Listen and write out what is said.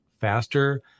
faster